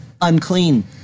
unclean